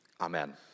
Amen